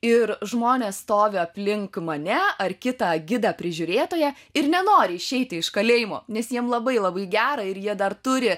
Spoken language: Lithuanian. ir žmonės stovi aplink mane ar kitą gidą prižiūrėtoją ir nenori išeiti iš kalėjimo nes jiem labai labai gera ir jie dar turi